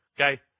Okay